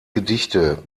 gedichte